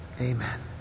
Amen